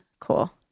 Cool